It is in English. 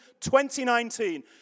2019